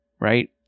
right